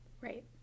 Right